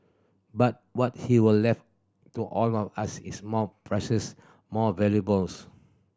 but what he were left to all of us is more precious more valuables